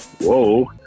Whoa